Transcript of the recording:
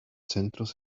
centros